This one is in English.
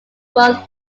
both